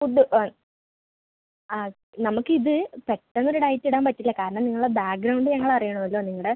food ആ ആ നമുക്കിത് പെട്ടെന്നൊരു ഡയറ്റ് ഇടാൻ പറ്റില്ല കാരണം നിങ്ങളെ ബാക്ക്ഗ്രൗണ്ട് ഞങ്ങൾ അറിയണമല്ലോ നിങ്ങളുടെ